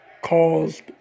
caused